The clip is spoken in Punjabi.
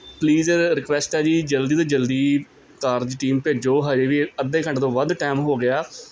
ਪਲੀਜ਼ ਰਿਕੁਐਸਟ ਆ ਜੀ ਜਲਦੀ ਤੋਂ ਜਲਦੀ ਕਾਰਜ ਟੀਮ ਭੇਜੋ ਹਜੇ ਵੀ ਅੱਧੇ ਘੰਟੇ ਤੋਂ ਵੱਧ ਟਾਈਮ ਹੋ ਗਿਆ